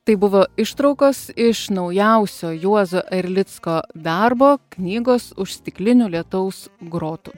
tai buvo ištraukos iš naujausio juozo erlicko darbo knygos už stiklinių lietaus grotų